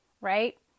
right